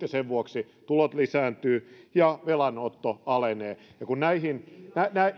ja sen vuoksi tulot lisääntyvät ja velanotto alenee ja kun näihin